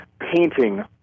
painting